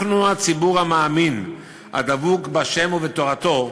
אנחנו, הציבור המאמין, הדבוק בה' ובתורתו,